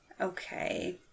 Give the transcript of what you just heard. Okay